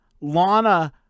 Lana